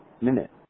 minute